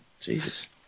Jesus